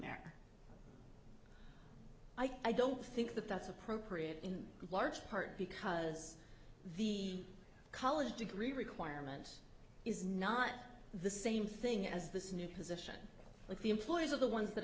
there i don't think that that's appropriate in large part because the college degree requirement is not the same thing as this new position like the employees are the ones that